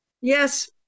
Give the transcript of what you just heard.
Yes